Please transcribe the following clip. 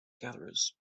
gatherers